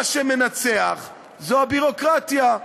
בסוף, מה שמנצח זה הביורוקרטיה,